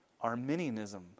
Arminianism